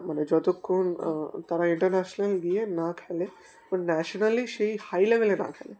মানে যতক্ষণ তারা ইন্টারন্যাশনাল গিয়ে না খেলে বা ন্যাশনালি সেই হাই লেভেলে না খেলে